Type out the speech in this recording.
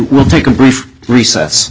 we'll take a brief recess